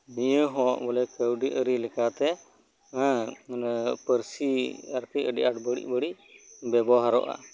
ᱱᱤᱭᱟᱹ ᱦᱚᱸ ᱵᱚᱞᱮ ᱠᱟᱣᱰᱤ ᱟᱨᱤ ᱞᱮᱠᱟᱛᱮ ᱦᱮᱸ ᱢᱟᱱᱮ ᱯᱟᱨᱥᱤ ᱟᱨ ᱠᱤ ᱟᱰᱤ ᱟᱸᱴ ᱵᱟᱲᱤᱡ ᱵᱟᱲᱤᱡ ᱵᱮᱵᱚᱦᱟᱨᱚᱜᱼᱟ